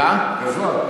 גזל.